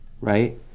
right